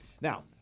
Now